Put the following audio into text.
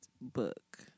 book